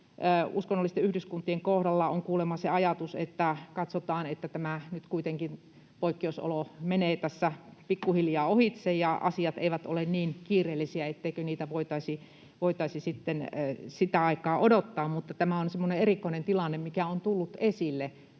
uskonnollisten yhdyskuntien kohdalla on kuulemma se ajatus, että katsotaan, että nyt kuitenkin tämä poikkeusolo menee tässä pikkuhiljaa ohitse ja asiat eivät ole niin kiireellisiä, etteikö niitä voitaisi sitä aikaa odottaa. Mutta tämä on semmoinen erikoinen tilanne, mikä on tullut esille